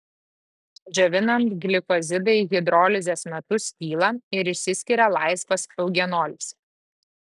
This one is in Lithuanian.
džiovinant glikozidai hidrolizės metu skyla ir išsiskiria laisvas eugenolis